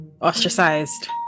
ostracized